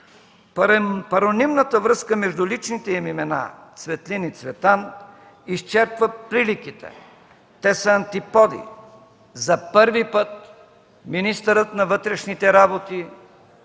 Паронимната връзка между личните им имена Цветлин и Цветан изчерпват приликите. Те са антиподи. За първи път министърът на вътрешните работи